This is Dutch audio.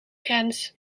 grens